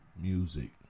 Music